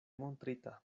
montrita